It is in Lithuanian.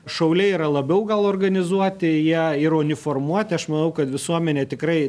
šauliai yra labiau gal organizuoti ją ir uniformuoti aš manau kad visuomenė tikrai